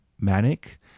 manic